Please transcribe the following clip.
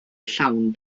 llawn